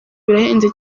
birahenze